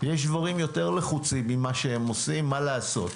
יש דברים יותר לחוצים ממה שהם עושים מה לעשות,